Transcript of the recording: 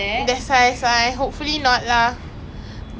beef ah !wah! like that I cannot eat sia I indian leh